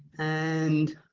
and